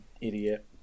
idiot